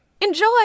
Enjoy